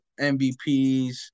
MVPs